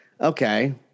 Okay